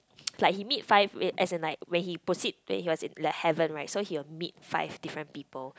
like he meet five as as in like when he proceed when he was in the heaven right so he will meet five different people